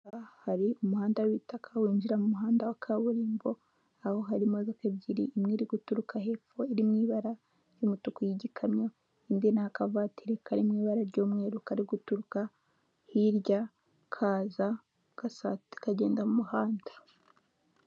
Hari umuhanda w'itaka winjira mu muhanda wa kaburimbo, aho harimo imodoka ebyiri imwe iri guturuka hepfo iri mu ibara ry'umutuku y'igikamyo, indi ni akavatiri kari mu ibara ry'umweru kari guturuka hirya kaza kagenda mu muhanda.